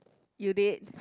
you late